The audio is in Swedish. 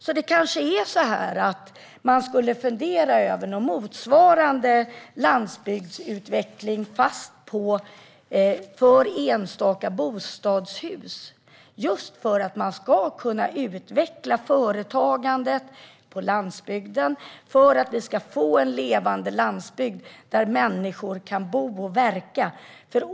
Man kanske skulle fundera över någon motsvarande landsbygdsutveckling men för enstaka bostadshus, just för att man ska kunna utveckla företagandet på landsbygden för att vi ska få en levande landsbygd där människor kan bo och verka.